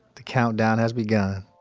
the countdown has begun